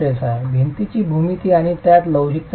भिंतीची भूमिती आणि त्यात लवचिकता देखील आहे